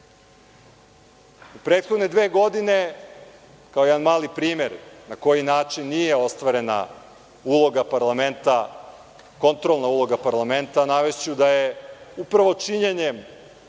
prethodne dve godine, kao jedan mali primer na koji način nije ostvarena kontrolna uloga parlamenta, navešću da je upravo činjenjem